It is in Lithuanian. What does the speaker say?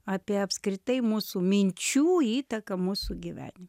apie apskritai mūsų minčių įtaką mūsų gyvenim